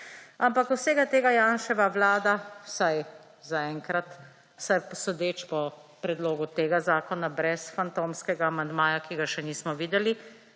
Ampak vsega tega Janševa vlada, vsaj zaenkrat sodeč po predlogu tega zakona brez fantomskega amandmaja, ki ga še nismo videli,